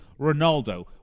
Ronaldo